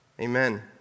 Amen